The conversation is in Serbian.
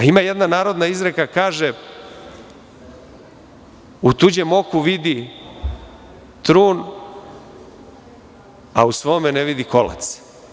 Ima jedna narodna izreka koja kaže – u tuđem oku vidi trun, a u svome ne vidi kolac.